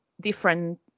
different